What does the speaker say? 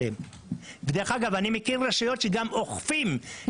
אני מכיר רשויות שגם אוכפים בהן.